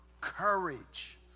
courage